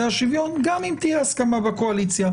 השוויון גם אם תהיה הסכמה בקואליציה.